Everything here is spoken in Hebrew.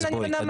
כן, אני מנמקת.